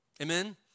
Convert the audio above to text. Amen